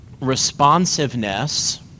responsiveness